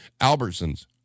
Albertsons